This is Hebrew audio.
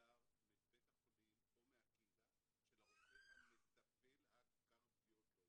מסודר מבית החולים או מהקהילה של הרופא המטפל הקרדיולוג.